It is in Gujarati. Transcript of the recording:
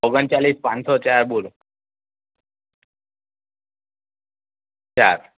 ઓગણચાલીસ પાંચસો ચાર બોલો ચાર